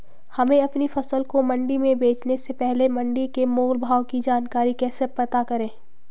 हमें अपनी फसल को मंडी में बेचने से पहले मंडी के मोल भाव की जानकारी कैसे पता करें?